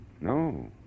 No